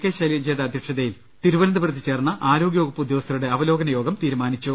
K ശൈലജയുടെ അധ്യക്ഷത യിൽ തിരുവനന്തപുരത്ത് ചേർന്ന ആരോഗ്യവകുപ്പ് ഉദ്യോഗസ്ഥരുടെ അവ ലോകന യോഗം തീരുമാനിച്ചു